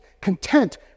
content